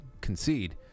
concede